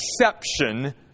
exception